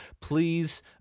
Please